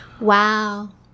Wow